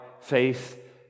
faith